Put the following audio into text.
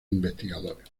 investigadores